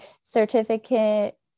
Certificate